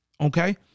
okay